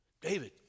David